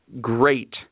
great